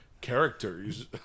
characters